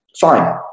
Fine